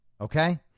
okay